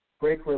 break